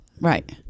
Right